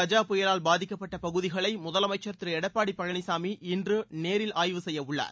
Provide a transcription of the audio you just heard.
கஜா புயலால் பாதிக்கப்பட்ட பகுதிகளை முதலமைச்சர் திரு எடப்பாடி பழனிசாமி இன்று நேரில் ஆய்வு செய்ய உள்ளார்